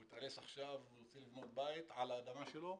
הוא התארס עכשיו והוא רוצה לבנות בית על האדמה שלו.